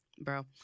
bro